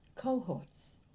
cohorts